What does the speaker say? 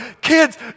Kids